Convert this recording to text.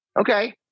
Okay